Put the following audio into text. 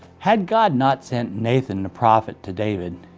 had god not sent nathan the prophet to david,